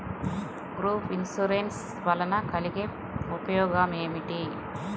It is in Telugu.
గ్రూప్ ఇన్సూరెన్స్ వలన కలిగే ఉపయోగమేమిటీ?